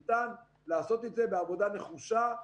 ניתן לעשות את זה בעבודה נחושה.